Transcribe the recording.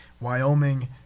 Wyoming